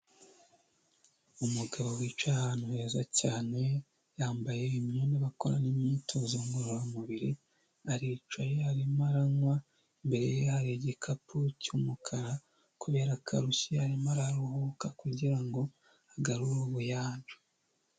Umugabo wicaye ahantu heza cyane, yambaye imyenda bakora imyitozo ngororamubiri, aricaye arimo aranywa, imbere ye hari igikapu cy'umukara, kubera ko arushye, arimo araruhuka kugira ngo agarure ubuyanja.